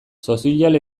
sozial